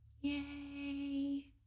yay